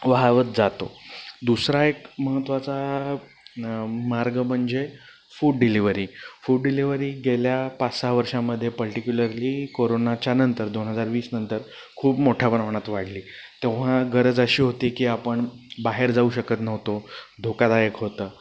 वाहवत जातो दुसरा एक महत्वाचा मार्ग म्हणजे फूड डिलेवरी फूड डिलिव्हरी गेल्या पाच सहा वर्षामधे पर्टिक्युलरली कोरोनाच्या नंतर दोन हजार वीसनंतर खूप मोठ्या प्रमाणात वाढली तेव्हा गरज अशी होती की आपण बाहेर जाऊ शकत नव्हतो धोकादायक होतं